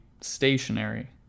stationary